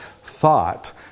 thought